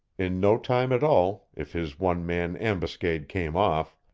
in no time at all, if his one-man ambuscade came off,